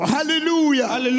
Hallelujah